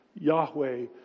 Yahweh